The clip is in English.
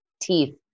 teeth